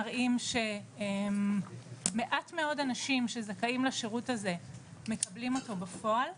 מראים שמעט מאוד אנשים שזכאים לשירות הזה מקבלית אותו בפועל.